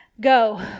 Go